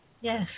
Yes